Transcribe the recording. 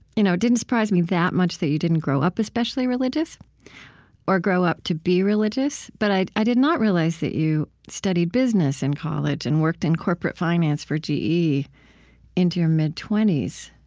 you know didn't surprise me that much that you didn't grow up especially religious or grow up to be religious. but i i did not realize that you studied business in college and worked in corporate finance for ge into your mid twenty s.